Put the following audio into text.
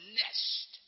nest